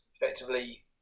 effectively